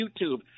YouTube